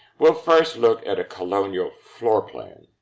we'll first look at a colonial floor plan.